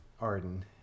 arden